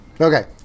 Okay